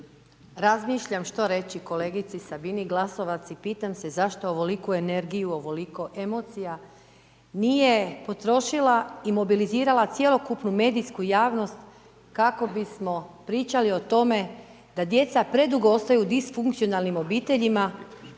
Razmišljam što reći kolegici Sabini Glasovac i pitam se zašto ovoliku energiju, ovoliko emocija nije potrošila i mobilizirala cjelokupnu medijsku javnost kako bismo pričali o tome da djeca predugo ostaju disfunkcionalnim obiteljima